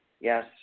Yes